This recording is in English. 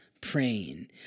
praying